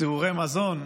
בתיאורי מזון,